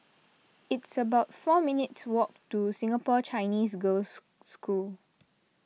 it's about four minutes' walk to Singapore Chinese Girls' School